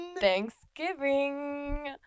Thanksgiving